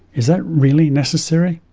is that really necessary?